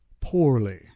poorly